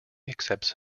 accepts